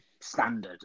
standard